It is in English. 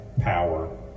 power